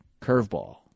curveball